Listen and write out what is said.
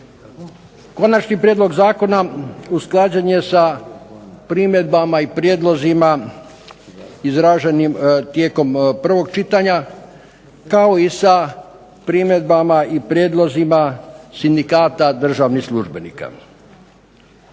Konačni prijedlog zakona usklađen je sa primjedbama i prijedlozima izraženim tijekom prvog čitanja kao i sa primjedbama i prijedlozima sindikata državnih službenika.